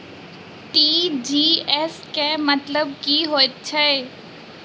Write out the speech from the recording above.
TGS केँ मतलब की हएत छै?